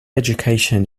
education